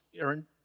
Aaron